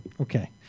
Okay